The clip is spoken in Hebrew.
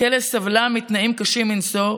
בכלא היא סבלה מתנאים קשים מנשוא,